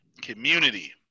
Community